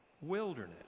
Wilderness